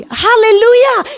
hallelujah